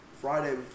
Friday